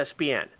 ESPN